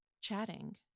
chatting